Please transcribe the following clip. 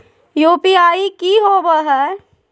UPI की होबो है?